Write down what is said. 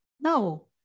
no